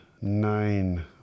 Nine